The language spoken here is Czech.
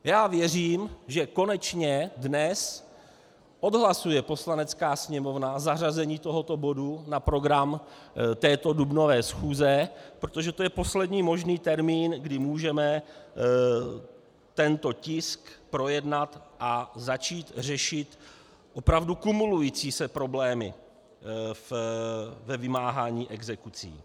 Já věřím, že konečně dnes odhlasuje Poslanecká sněmovna zařazení tohoto bodu na program této dubnové schůze, protože to je poslední možný termín, kdy můžeme tento tisk projednat a začít řešit opravdu kumulující se problémy ve vymáhání exekucí.